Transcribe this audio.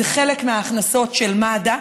הם חלק מההכנסות של מד"א,